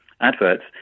adverts